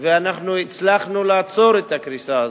ואנחנו הצלחנו לעצור את הקריסה הזאת.